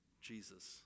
Jesus